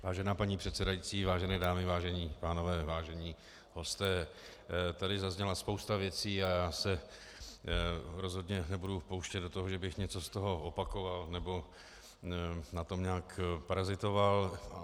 Vážená paní předsedající, vážené dámy, vážení pánové, vážení hosté, tady zazněla spousta věcí a já se rozhodně nebudu pouštět do toho, že bych něco z toho opakoval nebo na tom nějak parazitoval.